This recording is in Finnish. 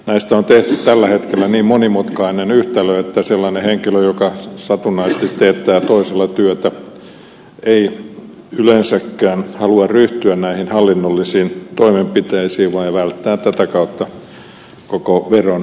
näistä on tehty tällä hetkellä niin monimutkainen yhtälö että sellainen henkilö joka satunnaisesti teettää toisella työtä ei yleensäkään halua ryhtyä näihin hallinnollisiin toimenpiteisiin vaan välttää tätä kautta koko veron määrän